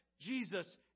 Jesus